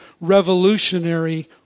revolutionary